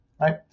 right